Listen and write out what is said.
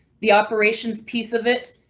the operations piece of it.